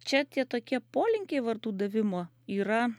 čia tie tokie polinkiai vardų davimo yra